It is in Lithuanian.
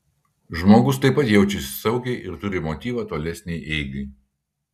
žmogus taip pat jaučiasi saugiai ir turi motyvą tolesnei eigai